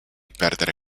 perdere